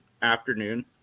Afternoon